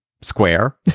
square